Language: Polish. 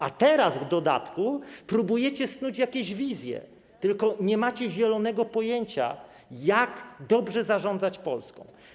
A teraz w dodatku próbujecie snuć jakieś wizje, tylko nie macie zielonego pojęcia, jak dobrze zarządzać Polską.